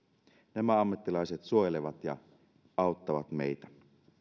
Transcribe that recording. nämä ammattilaiset suojelevat ja auttavat meitä